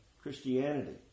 Christianity